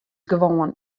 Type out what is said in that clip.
gewoan